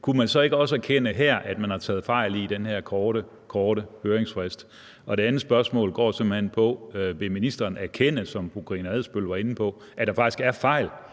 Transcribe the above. kunne erkende, at man har taget fejl med den her korte, korte høringsfrist. Det andet spørgsmål går simpelt hen på, om ministeren vil erkende, som fru Karina Adsbøl også var inde på, at der faktisk er fejl